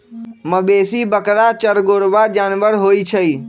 मवेशी बरका चरगोरबा जानबर होइ छइ